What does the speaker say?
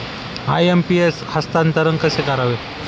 IMPS हस्तांतरण कसे करावे?